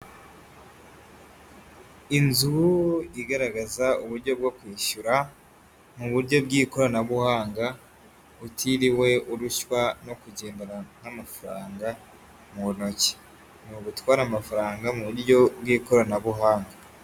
Inzu igaragaza uburyo bwo kwishyura mu buryo bw'ikoranabuhanga utiriwe urushywa no kugendana amafaranga mu ntoki, ni ugutwara amafaranga mu buryo bw'ikoranabuhanga.